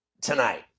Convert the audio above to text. tonight